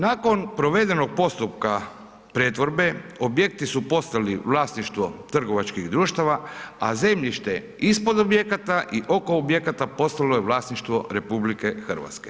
Nakon provedenog postupka pretvorbe objekti su postali vlasništvo trgovačkih društava, a zemljište ispod objekata i oko objekata postalo je vlasništvo RH.